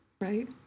Right